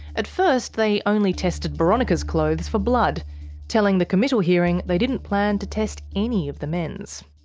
at first, they only tested boronika's clothes for blood telling the committal hearing they didn't plan to test any of the men's.